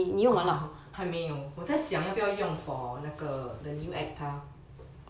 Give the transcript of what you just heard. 还没有我在想要不要用 for 那个 the new ACTA